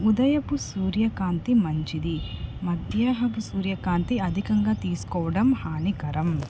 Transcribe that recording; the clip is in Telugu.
ఉదయపు సూర్యకాంతి మంచిది మధ్యాహ్నపు సూర్యకాంతి అధికంగా తీసుకోవడం హానికరం